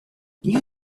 new